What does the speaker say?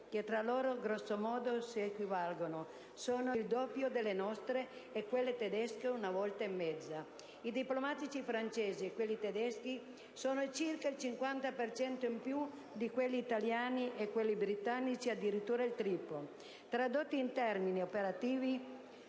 che tra loro grosso modo si equivalgono, sono il doppio delle nostre e quelle tedesche lo sono una volta e mezza. I diplomatici francesi e quelli tedeschi sono circa il 50 per cento in più di quelli italiani e quelli britannici sono addirittura il triplo. Tradotti in termini operativi,